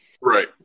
Right